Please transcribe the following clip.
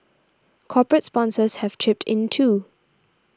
corporate sponsors have chipped in too